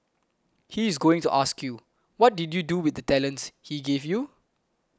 he is going to ask you what did you do with the talents he gave you